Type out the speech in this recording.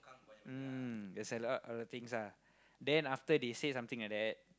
mm there's a lot of things ah then after they said something like that